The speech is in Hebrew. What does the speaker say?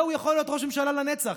והוא יכול להיות ראש ממשלה לנצח.